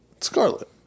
Scarlet